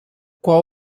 qual